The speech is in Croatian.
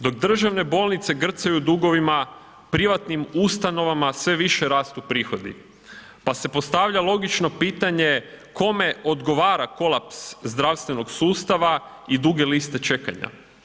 Dok državne bolnice grcaju u dugovima, privatnim ustanovama sve više rastu prihodi, pa se postavlja logično pitanje kome odgovara kolaps zdravstvenog sustava i duge liste čekanja?